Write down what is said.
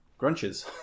grunches